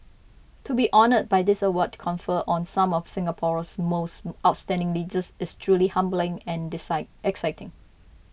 to be honoured by this award conferred on some of Singapore's most outstanding leaders is truly humbling and exciting